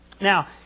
Now